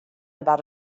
about